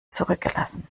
zurückgelassen